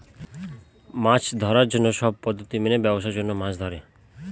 মাছ ধরার জন্য সব পদ্ধতি মেনে ব্যাবসার জন্য মাছ ধরে